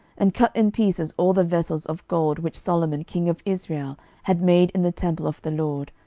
and cut in pieces all the vessels of gold which solomon king of israel had made in the temple of the lord,